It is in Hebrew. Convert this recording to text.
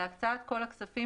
להקצאת כל הכספים